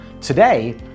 Today